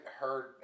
heard